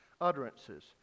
utterances